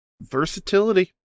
versatility